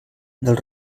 del